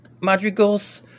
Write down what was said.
Madrigals